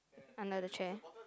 under the chair